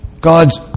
God's